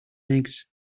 eggs